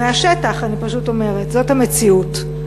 מהשטח אני אומרת, זאת המציאות.